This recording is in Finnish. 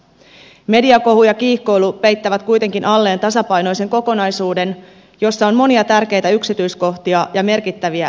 mediakohu ja kiihkoilu peittävät kuitenkin alleen tasapainoisen kokonaisuuden jossa on monia tärkeitä yksityiskohtia ja merkittäviä linjapäätöksiä